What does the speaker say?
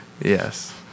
Yes